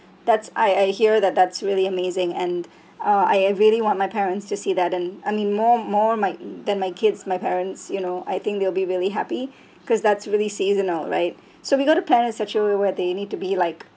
that's I I hear that that's really amazing and uh I really want my parents to see that and I mean more more my than my kids my parents you know I think they will be really happy cause that's really seasonal right so we got to plan in such a way where they need to be like